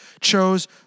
chose